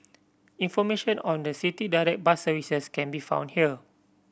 information on the City Direct bus services can be found here